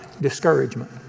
Discouragement